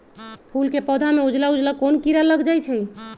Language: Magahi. फूल के पौधा में उजला उजला कोन किरा लग जई छइ?